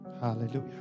Hallelujah